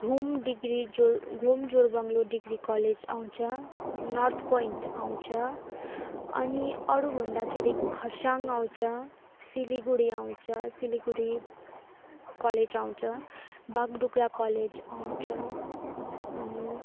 घुम डिग्री जोर Ghum Jorebunglow degree college आउँछ नर्थ पोइन्ट आउँछ अनि अरू भन्दाखेरि खरसाङ आउँछ सिलगढी आउँछ सिलीगढी कलेज आउँछ बागडुग्रा कलेज आउँछ अनि